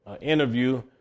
interview